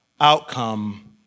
outcome